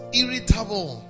irritable